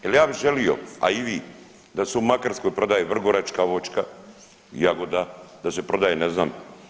Jer ja bih želio, a i vi da se u Makarskoj prodaje vrgoračka voćka, jagoda, da se prodaje ne znam.